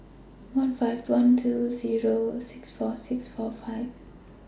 one five one two Zero six four six four five